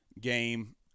game